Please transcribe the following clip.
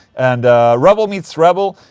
and rebel meets rebel.